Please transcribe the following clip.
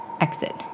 exit